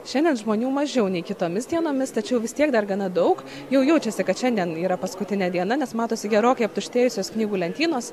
šiandien žmonių mažiau nei kitomis dienomis tačiau vis tiek dar gana daug jau jaučiasi kad šiandien yra paskutinė diena nes matosi gerokai aptuštėjusios knygų lentynos